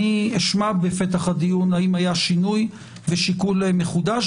אשמע בפתח הדיון האם היה שינוי ושיקול מחודש.